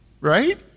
Right